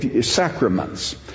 sacraments